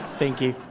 thank you.